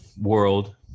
world